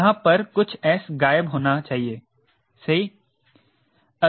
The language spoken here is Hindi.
यहाँ पर कुछ S गायब होना चाहिए सही